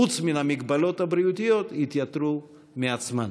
חוץ מן המגבלות הבריאותיות, יתייתרו מעצמן.